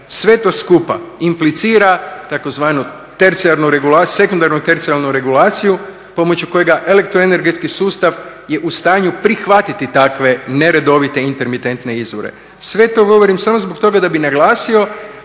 Sve to skupa implicira tzv. sekundarnu i tercijarnu regulaciju pomoću kojega elektroenergetski sustav je u stanju prihvatiti takve neredovite intermitentne izvore. Sve to govorim samo zbog toga da bi naglasio